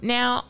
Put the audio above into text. Now